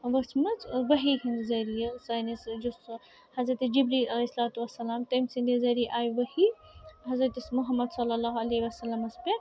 ؤژھمٕژ ٲں ؤحی ہنٛدِ ذٔریعہِ سٲنِس یُسہٕ حضرتِ جبریٖل علیہ الصلوٰتُ وَالسَلام تٔمۍ سٕنٛدے ذٔریعہِ آیہِ ؤحی حضرتِ محمد صلی اللہ علیہِ وَسلمَس پٮ۪ٹھ